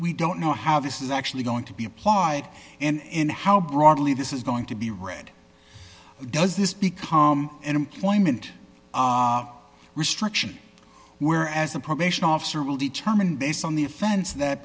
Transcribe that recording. don't know how this is actually going to be applied and how broadly this is going to be read does this become an employment restriction where as a probation officer will determine based on the offense that